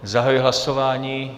Zahajuji hlasování.